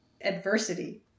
Adversity